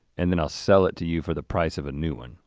and then i'll sell it to you for the price of a new one.